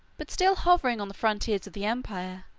but still hovering on the frontiers of the empire,